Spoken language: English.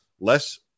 less